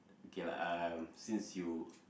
K lah uh since you